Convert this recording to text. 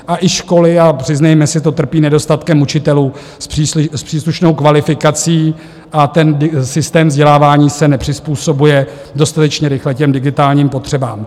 A i školy, a přiznejme si to, trpí nedostatkem učitelů s příslušnou kvalifikací a ten systém vzdělávání se nepřizpůsobuje dostatečně rychle těm digitálním potřebám.